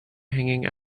hanging